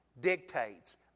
dictates